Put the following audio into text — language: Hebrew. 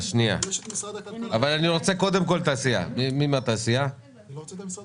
אני מצטט מתוך אתר משרד